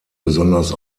besonders